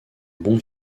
bon